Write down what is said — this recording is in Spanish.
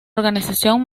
organización